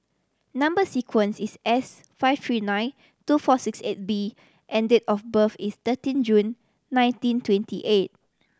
number sequence is S five three nine two four six eight B and date of birth is thirteen June nineteen twenty eight